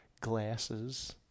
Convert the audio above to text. Glasses